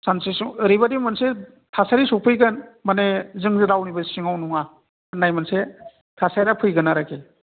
सानसे समाव ओरैबायदि मोनसे थासारि सफैगोन माने जोङो रावनिबो सिङाव नङा होननाय मोनसे थासारिया फैगोन आरोखि